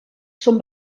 són